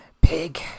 Pig